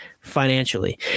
financially